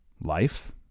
Life